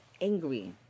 angry